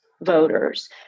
voters